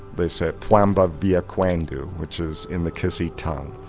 they said poimboi veeyah koindu which is in the kissi tongue.